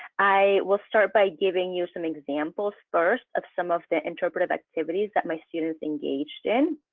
i will start by giving you some examples first of some of their interpretive activities that my students engaged in.